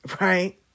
right